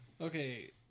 Okay